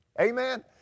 Amen